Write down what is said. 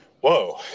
Whoa